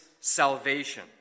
salvation